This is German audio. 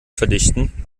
verdichten